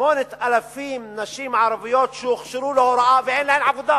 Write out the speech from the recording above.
8,000 נשים ערביות שהוכשרו להוראה ואין להן עבודה.